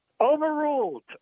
Overruled